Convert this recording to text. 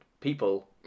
people